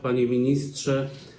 Panie Ministrze!